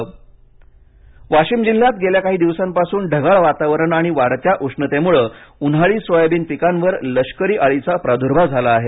खरीप हंगाम कर्ज वाशीम जिल्ह्यात गेल्या काही दिवसापासून ढगाळ वातारवण आणि वाढत्या उष्णतेमुळे उन्हाळी सोयाबीन पिकावर लष्कर अळीचा प्रादुर्भाव झाला आहे